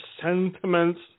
sentiments